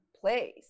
place